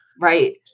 Right